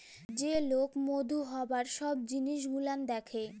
যে লক মধু হ্যবার ছব জিলিস গুলাল দ্যাখে